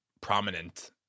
prominent